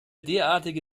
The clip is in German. derartige